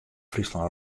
fryslân